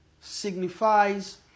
signifies